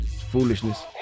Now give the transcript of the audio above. foolishness